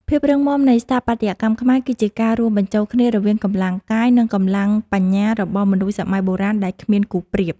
ភាពរឹងមាំនៃស្ថាបត្យកម្មខ្មែរគឺជាការរួមបញ្ចូលគ្នារវាងកម្លាំងកាយ និង កម្លាំងបញ្ញារបស់មនុស្សសម័យបុរាណដែលគ្មានគូប្រៀប។